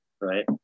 right